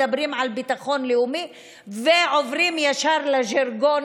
מדברים על ביטחון לאומי ועוברים ישר לז'רגון